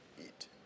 eat